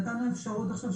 נתנו אפשרות עכשיו,